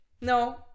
No